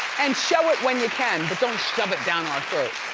and show it when you can, but don't shove it down our throats.